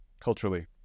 culturally